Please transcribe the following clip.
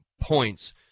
points